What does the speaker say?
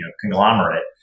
conglomerate